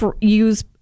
use